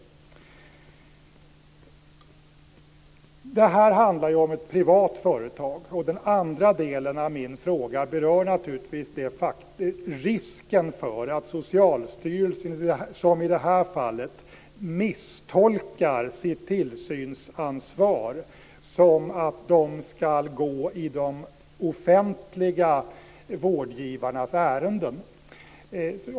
Detta handlar ju om ett privat företag. Den andra delen av min fråga berör naturligtvis risken för att Socialstyrelsen, som i det här fallet, misstolkar sitt tillsynsansvar så att man ska gå de offentliga vårdgivarnas ärenden.